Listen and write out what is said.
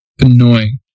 annoying